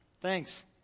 Thanks